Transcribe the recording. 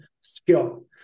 skill